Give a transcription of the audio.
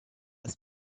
his